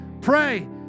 Pray